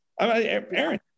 Aaron